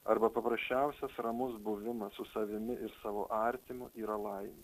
arba paprasčiausias ramus buvimas su savimi ir savo artimu yra laimė